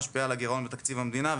משפיעה על הגירעון בתקציב המדינה,